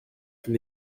from